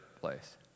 place